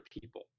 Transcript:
people